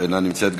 אינה נמצאת,